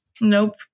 Nope